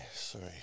sorry